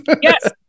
Yes